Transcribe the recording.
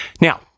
Now